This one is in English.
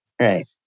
Right